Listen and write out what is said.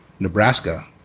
Nebraska